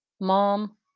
Mom